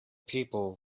people